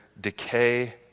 decay